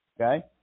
Okay